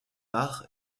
par